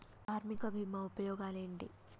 కార్మిక బీమా ఉపయోగాలేంటి?